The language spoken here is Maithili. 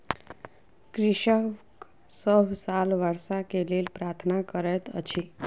कृषक सभ साल वर्षा के लेल प्रार्थना करैत अछि